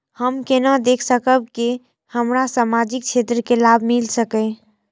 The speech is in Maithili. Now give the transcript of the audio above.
हम केना देख सकब के हमरा सामाजिक क्षेत्र के लाभ मिल सकैये?